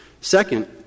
Second